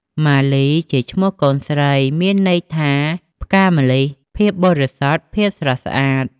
មាលីជាឈ្មោះកូនស្រី មានន័យថាផ្កាម្លិះ ភាពបរិសុទ្ធ ភាពស្រស់ស្អាត។